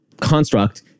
construct